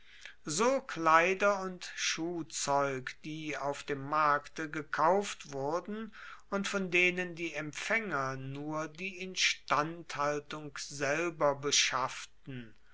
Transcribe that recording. so kleider und schuhzeug die auf dem markte gekauft wurden und von denen die empfaenger nur die instandhaltung selber beschafften